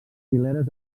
fileres